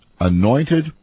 anointed